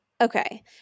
Okay